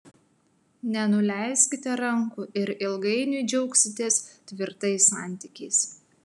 nenuleiskite rankų ir ilgainiui džiaugsitės tvirtais santykiais